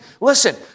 Listen